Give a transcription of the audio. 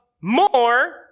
more